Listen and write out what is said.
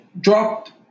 dropped